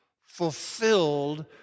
fulfilled